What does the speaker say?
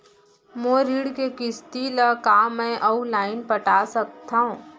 मोर ऋण के किसती ला का मैं अऊ लाइन पटा सकत हव?